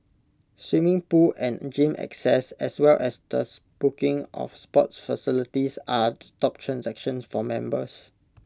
swimming pool and gym access as well as the booking of sports facilities are the top transactions for members